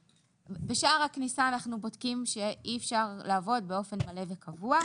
בשער הכניסה אנחנו בודקים שאי אפשר לעבוד באופן מלא וקבוע.